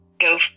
go